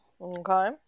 Okay